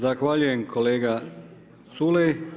Zahvaljujem kolega Culej.